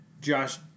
Josh